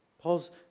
Paul's